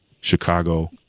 Chicago